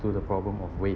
to the problem of wa~